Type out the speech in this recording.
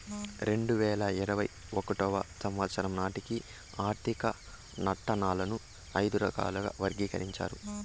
రెండు వేల ఇరవై ఒకటో సంవచ్చరం నాటికి ఆర్థిక నట్టాలను ఐదు రకాలుగా వర్గీకరించారు